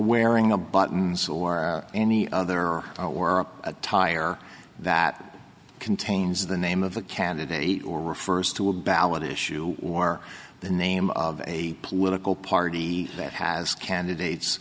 wearing a buttons or any other or attire that contains the name of the candidate or refers to a ballot issue or the name of a political party that has candidates